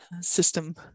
system